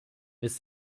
miss